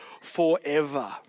forever